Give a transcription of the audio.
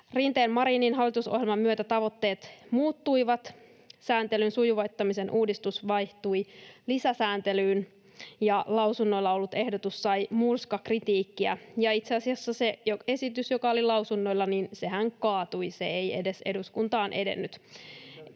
Rinteen—Marinin hallitusohjelman myötä tavoitteet muuttuivat. Sääntelyn sujuvoittamisen uudistus vaihtui lisäsääntelyyn, ja lausunnoilla ollut ehdotus sai murskakritiikkiä, ja itse asiassa se esityshän, joka oli lausunnoilla, kaatui. Se ei edes eduskuntaan edennyt.